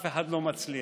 אף אחד לא מצליח.